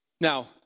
Now